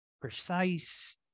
precise